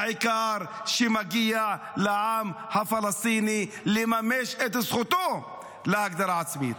העיקר זה שמגיע לעם הפלסטיני לממש את זכותו להגדרה עצמית.